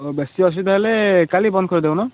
ହଉ ବେଶୀ ଅସୁବିଧା ହେଲେ କାଲି ବନ୍ଦ କରିଦଉନ